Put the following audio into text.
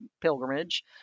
pilgrimage